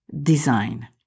design